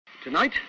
Tonight